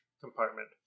compartment